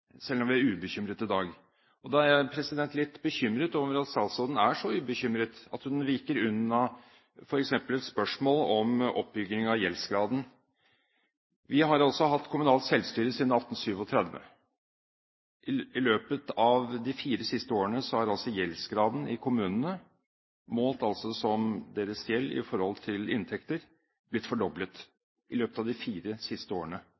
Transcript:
selv om vi er ubekymret i dag. Da er jeg litt bekymret over at statsråden er så ubekymret at hun viker unna f.eks. et spørsmål om oppbygging av gjeldsgraden. Vi har altså hatt kommunalt selvstyre siden 1837. I løpet av de fire siste årene har gjeldsgraden i kommunene, målt som gjeld i forhold til inntekter, blitt fordoblet – i løpet av de fire siste årene. Så